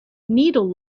needle